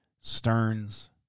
Stearns